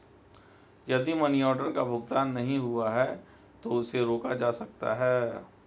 यदि money order का भुगतान नहीं हुआ है तो उसे रोका जा सकता है